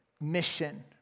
mission